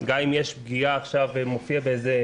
גם אם יש פגיעה עכשיו ומופיעה באיזו